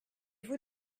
vous